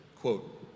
Quote